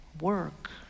work